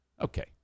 Okay